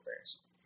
first